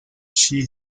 she